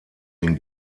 den